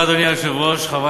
אני אודיע את זה, חבר